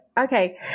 okay